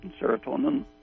serotonin